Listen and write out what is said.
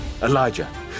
Elijah